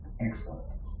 Excellent